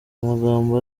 amagambo